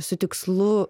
su tikslu